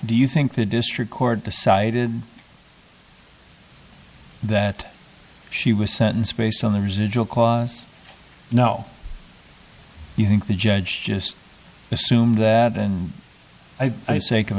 think the district court decided that she was sentenced based on the residual costs no you think the judge just assumed that and i sake of